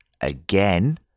again